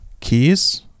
keys